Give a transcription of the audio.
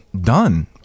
done